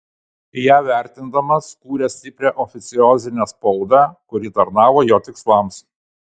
ją vertindamas kūrė stiprią oficiozinę spaudą kuri tarnavo jo tikslams